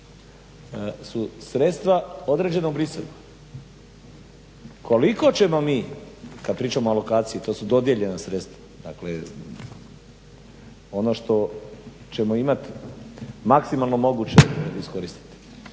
su sredstva određena u Bruxellesu. Koliko ćemo mi, kad pričamo o alokaciji, to su dodijeljena sredstva, dakle ono što ćemo imat maksimalno moguće iskoristiti.